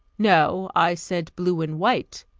no. i said blue and white,